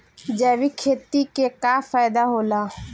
जैविक खेती क का फायदा होला?